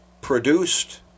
produced